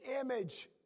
image